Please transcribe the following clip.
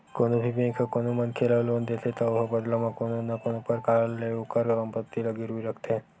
कोनो भी बेंक ह कोनो मनखे ल लोन देथे त ओहा बदला म कोनो न कोनो परकार ले ओखर संपत्ति ला गिरवी रखथे